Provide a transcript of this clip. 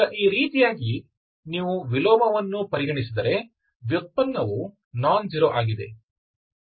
ಈಗ ಈ ರೀತಿಯಾಗಿ ನೀವು ವಿಲೋಮವನ್ನು ಪರಿಗಣಿಸಿದರೆ ವ್ಯುತ್ಪನ್ನವು ನಾನ್ ಝೀರೋ ಆಗಿದೆ